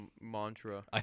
mantra